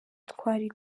twari